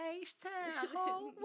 H-Town